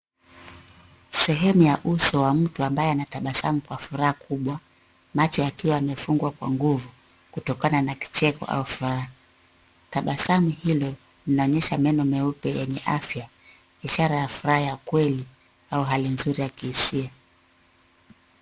Sehemu ya uso wa mtu ambaye anatabasamu kwa furaha kubwa, macho yakiwa yamefungwa kwa nguvu kutokana na kicheko au furaha. Tabasamu hilo linaonyesha meno meupe yenye afya ishara ya furaha ya kweli au hali nzuri ya kihisia.